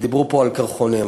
ודיברו פה על קרחונים.